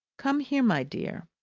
come here, my dear!